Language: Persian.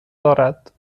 دارد